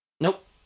Nope